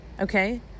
Okay